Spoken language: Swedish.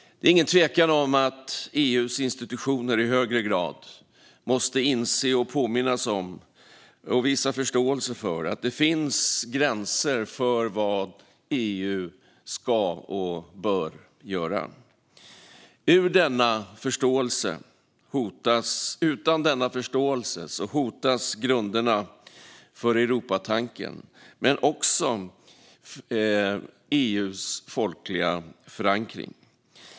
Det råder inget tvivel om att EU:s institutioner i högre grad måste inse, påminnas om och visa förståelse för att det finns gränser för vad EU ska och bör göra. Utan denna förståelse hotas grunderna för Europatanken men också EU:s folkliga förankring.